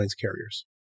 carriers